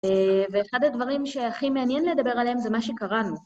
ואחד הדברים שהכי מעניין לדבר עליהם זה מה שקראנו.